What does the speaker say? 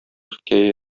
хикәя